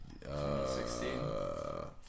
2016